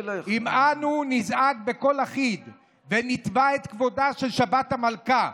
אם אנו נזעק בקול אחיד ונתבע את כבודה של שבת המלכה,